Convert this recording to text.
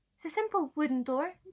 simple, wooden door.